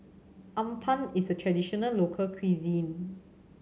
appam is a traditional local cuisine